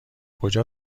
کجا